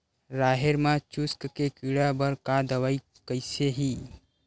राहेर म चुस्क के कीड़ा बर का दवाई कइसे ही?